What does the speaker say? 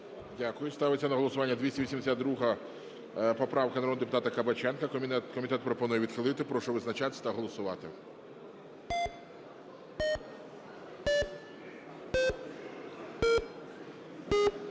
Дякую. Ставиться на голосування 282 поправка народного депутата Кабаченка. Комітет пропонує відхилити. Прошу визначатись та голосувати.